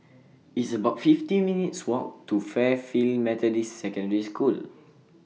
It's about fifty minutes' Walk to Fairfield Methodist Secondary School